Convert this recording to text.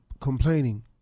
complaining